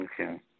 Okay